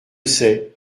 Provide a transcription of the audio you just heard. sait